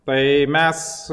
tai mes